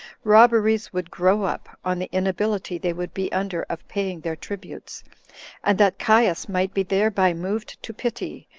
robberies would grow up, on the inability they would be under of paying their tributes and that caius might be thereby moved to pity,